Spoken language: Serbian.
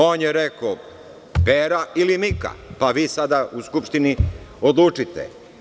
On je rekao Pera ili Mika, pa vi sada u Skupštini odlučite.